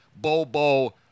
bobo